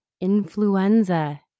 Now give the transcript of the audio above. influenza